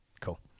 Cool